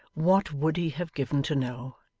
what would he have given to know,